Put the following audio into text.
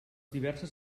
diverses